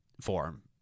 form